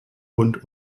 und